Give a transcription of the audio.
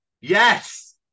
Yes